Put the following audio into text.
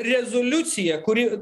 rezoliucija kuri